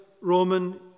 Roman